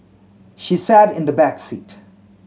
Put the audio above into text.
she sat in the back seat